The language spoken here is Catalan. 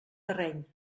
terreny